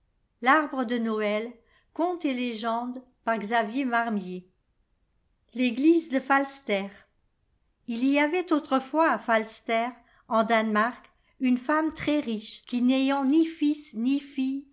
l'église de falmer il y avait autrefois à falster en danemark une femme très riclie qui n'ayant ni fils ni fille